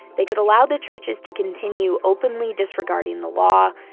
they could allow the churches to continue openly disregarding the law,